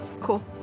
Cool